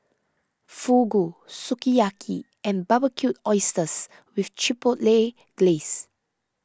Fugu Sukiyaki and Barbecued Oysters with Chipotle Glaze